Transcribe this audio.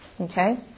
Okay